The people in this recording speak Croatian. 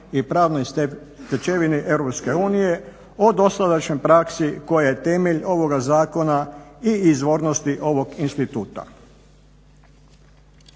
i pravnoj stečevini EU o dosadašnjoj praksi koja je temelje ovog zakona i izvornosti ovog instituta.